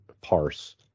parse